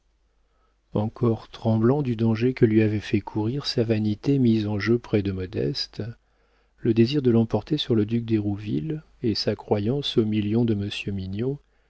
encore tremblant du danger que lui avait fait courir sa vanité mise en jeu près de modeste le désir de l'emporter sur le duc d'hérouville et sa croyance aux millions de monsieur mignon